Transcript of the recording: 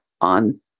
on